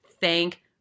Thank